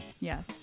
Yes